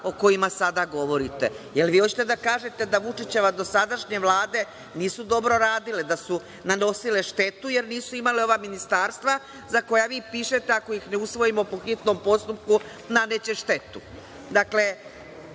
o kojima sada govorite. Jel vi hoćete da kažete da Vučićeve dosadašnje vlade nisu dobro radile, da su nanosile štetu jer nisu imale ova ministarstva za koja vi pišete ako ih ne usvojimo po hitnom postupku, naneće